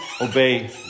obey